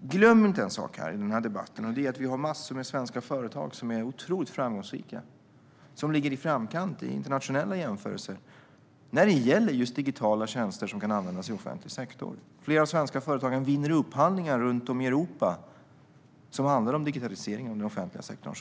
Glöm inte en sak i denna debatt, nämligen att vi har massor med svenska företag som är otroligt framgångsrika och som ligger i framkant i internationella jämförelser när det gäller just digitala tjänster som kan användas i offentlig sektor. Flera av de svenska företagen vinner upphandlingar runt om i Europa som handlar om digitalisering av den offentliga sektorn.